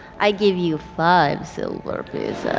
i give you five silver pieces.